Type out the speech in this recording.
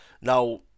Now